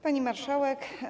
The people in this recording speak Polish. Pani Marszałek!